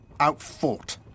outfought